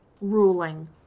ruling